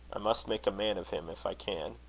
i must make a man of him if i can.